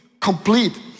complete